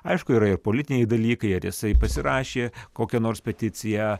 aišku yra ir politiniai dalykai ar jisai pasirašė kokią nors peticiją